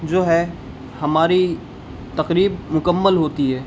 جو ہے ہماری تقریب مکمل ہوتی ہے